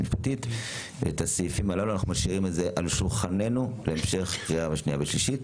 אנחנו משאירים את זה על שולחננו להמשך קריאה שנייה ושלישית,